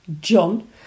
John